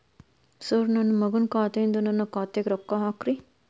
sir ನನ್ನ ಮಗನ ಖಾತೆ ಯಿಂದ ನನ್ನ ಖಾತೆಗ ರೊಕ್ಕಾ ಹಾಕ್ರಿ